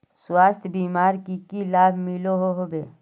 स्वास्थ्य बीमार की की लाभ मिलोहो होबे?